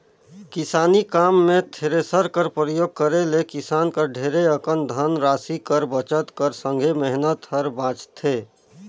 किसानी काम मे थेरेसर कर परियोग करे ले किसान कर ढेरे अकन धन रासि कर बचत कर संघे मेहनत हर बाचथे